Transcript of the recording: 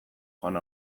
joan